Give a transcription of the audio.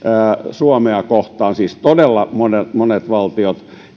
suomea kohtaan siis todella monet monet valtiot